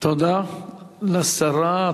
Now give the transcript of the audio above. תודה לשרה.